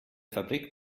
fabrik